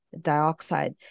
dioxide